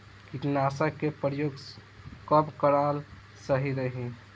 कीटनाशक के प्रयोग कब कराल सही रही?